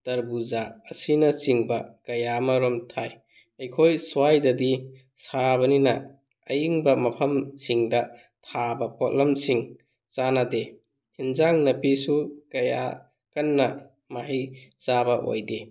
ꯇꯔꯕꯨꯖꯥ ꯑꯁꯤꯅꯆꯤꯡꯕ ꯀꯌꯥ ꯑꯃꯔꯣꯝ ꯊꯥꯏ ꯑꯩꯈꯣꯏ ꯁ꯭ꯋꯥꯏꯗꯗꯤ ꯁꯥꯕꯅꯤꯅ ꯑꯌꯤꯡꯕ ꯃꯐꯝꯁꯤꯡꯗ ꯊꯥꯕ ꯄꯣꯠꯂꯝꯁꯤꯡ ꯆꯥꯟꯅꯗꯦ ꯏꯟꯖꯥꯡ ꯅꯥꯄꯤꯁꯨ ꯀꯌꯥ ꯀꯟꯅ ꯃꯍꯩ ꯆꯥꯕ ꯑꯣꯏꯗꯦ